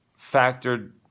factored